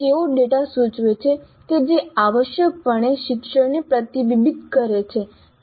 તેઓ ડેટા સૂચવે છે જે આવશ્યકપણે શિક્ષણને પ્રતિબિંબિત કરે છે